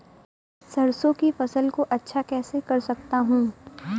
सरसो की फसल को अच्छा कैसे कर सकता हूँ?